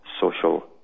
social